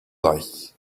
like